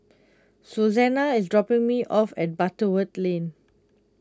Suzanna is dropping me off at Butterworth Lane